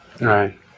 right